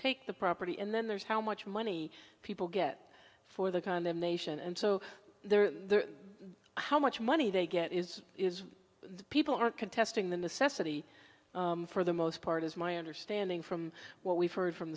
take the property and then there's how much money people get for the condemnation and so there's how much money they get is the people are contesting the necessity for the most part is my understanding from what we've heard from